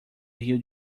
rio